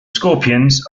scorpions